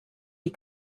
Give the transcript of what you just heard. die